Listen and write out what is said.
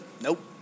Nope